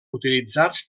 utilitzats